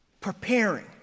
Preparing